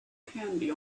candy